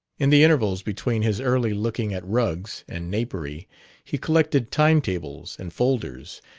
in the intervals between his early looking at rugs and napery he collected timetables and folders,